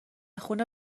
خونه